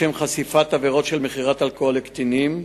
לחשיפת עבירות של מכירת אלכוהול לקטינים.